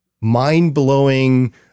mind-blowing